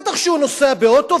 בטח שהוא נוסע באוטו,